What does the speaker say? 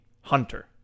hunter